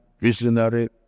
visionary